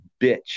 bitch